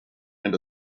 and